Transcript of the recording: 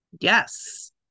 Yes